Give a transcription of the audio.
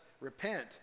repent